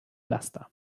laster